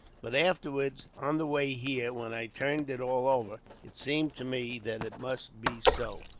but afterwards, on the way here, when i turned it all over, it seemed to me that it must be so.